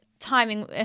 timing